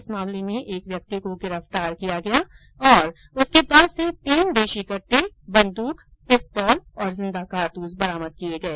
इस मामले में एक व्यक्ति को गिरफ्तार किया गया और उसके पास से तीन देशी कट्टे बंद्रक पिस्तोल और जिंदा कारतूस बरामद किए गए